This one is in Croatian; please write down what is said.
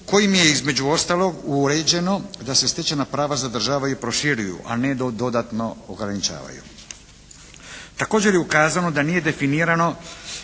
kojim je između ostalog uređeno da se stečena prava zadržavaju i proširuju, a ne dodatno ograničavaju. Također je ukazano da nije definirano